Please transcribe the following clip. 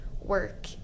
work